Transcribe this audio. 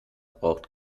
braucht